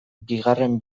bigarren